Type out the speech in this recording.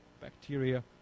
bacteria